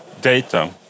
data